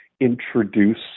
introduce